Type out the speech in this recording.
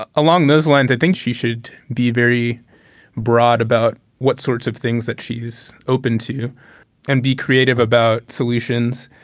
ah along those lines i think she should be very broad about what sorts of things that she's open to and be creative about solutions.